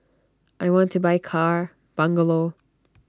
I want to buy car bungalow